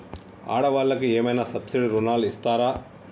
ఆడ వాళ్ళకు ఏమైనా సబ్సిడీ రుణాలు ఇస్తారా?